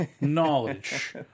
knowledge